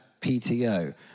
PTO